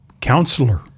counselor